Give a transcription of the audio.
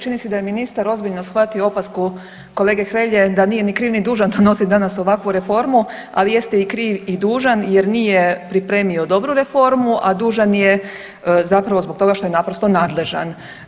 Čini se da je ministar ozbiljno shvatio opasku kolege Hrelje da nije ni kriv ni dužan donosit danas ovakvu reformu, ali jeste i kriv i dužan jer nije pripremio dobru reformu, a dužan je zapravo zbog toga što je naprosto nadležan.